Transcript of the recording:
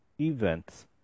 events